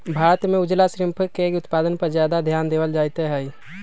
भारत में उजला श्रिम्फ के उत्पादन पर ज्यादा ध्यान देवल जयते हई